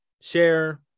share